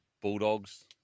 Bulldogs